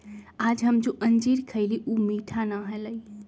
आज हम जो अंजीर खईली ऊ मीठा ना हलय